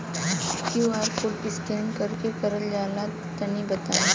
QR code scan कैसे क़रल जला तनि बताई?